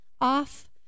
off